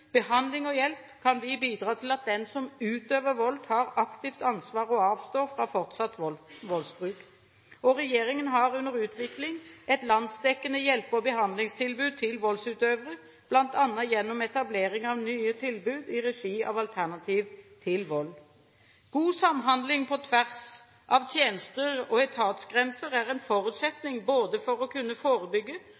behandling og hjelp kan vi bidra til at den som utøver vold, tar aktivt ansvar og avstår fra fortsatt voldsbruk. Regjeringen har under utvikling et landsdekkende hjelpe- og behandlingstilbud til voldsutøvere, bl.a. gjennom etablering av nye tilbud i regi av Alternativ til Vold. God samhandling på tvers av tjenester og etatsgrenser er en